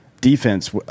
defense